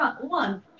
One